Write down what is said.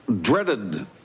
dreaded